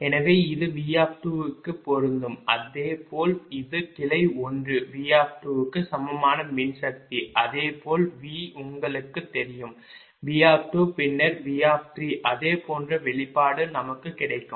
எனவே இது V க்குப் பொருந்தும் அதே போல் இது கிளை 1 V க்கு சமமான மின்சக்தி அதே போல் V உங்களுக்குத் தெரியும் V பின்னர் V அதே போன்ற வெளிப்பாடு நமக்கு கிடைக்கும்